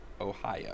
Ohio